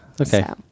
Okay